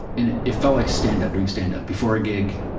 and it, it felt like stand-up, doing stand-up. before a gig,